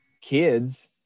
kids